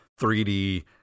3D